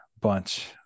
bunch